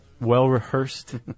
well-rehearsed